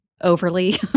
overly